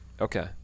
Okay